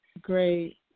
Great